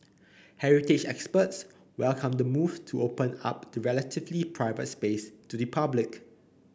heritage experts welcomed the move to open up the relatively private space to the public